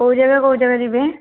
କେଉଁ ଜାଗା କେଉଁ ଜାଗା ଯିବେ